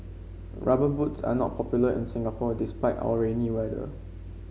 rubber boots are not popular in Singapore despite our rainy weather